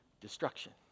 destruction